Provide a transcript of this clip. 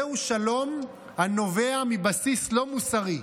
זהו שלום הנובע מבסיס לא מוסרי,